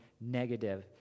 negative